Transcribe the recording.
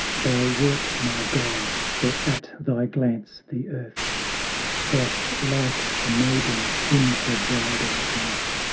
thou wert my god for at thy glance, the earth blushed like a maiden in her bridal night,